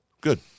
Good